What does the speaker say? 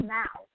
now